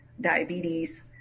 diabetes